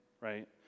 right